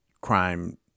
crime